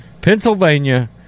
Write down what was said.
Pennsylvania